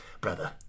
Brother